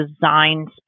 designed